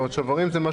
זאת אומרת,